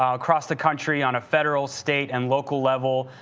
um across the country, on a federal, state, and local level,